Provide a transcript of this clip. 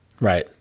Right